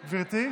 גברתי?